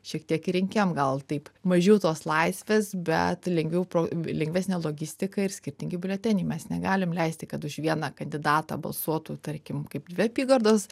šiek tiek ir rinkėjam gal taip mažiau tos laisvės bet lengviau pro lengvesnė logistika ir skirtingi biuleteniai mes negalim leisti kad už vieną kandidatą balsuotų tarkim kaip dvi apygardos